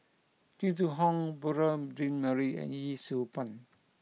Jing Jun Hong Beurel Jean Marie and Yee Siew Pun